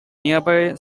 nearby